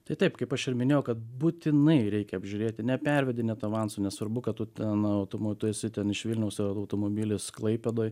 tai taip kaip aš ir minėjau kad būtinai reikia apžiūrėti nepervedinėt avanso nesvarbu kad tu ten automo tu esi ten iš vilniaus o automobilis klaipėdoj